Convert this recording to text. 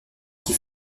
qui